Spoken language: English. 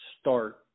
start